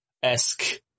esque